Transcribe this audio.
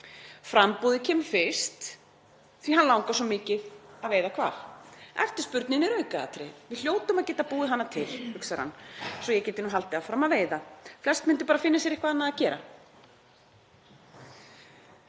Framboðið kemur fyrst, því hann langar svo mikið að veiða hval. Eftirspurnin er aukaatriði. Við hljótum að geta búið hana til, hugsar hann, svo ég geti nú haldið áfram að veiða. Flest myndu bara finna sér eitthvað annað að gera.